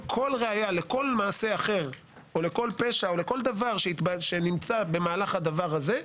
כל ראיה לכל מעשה אחר או לכל פשע או לכל דבר שנמצא במהלך הדבר הזה,